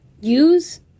use